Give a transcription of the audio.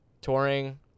touring